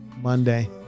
Monday